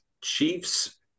Chiefs